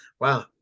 wow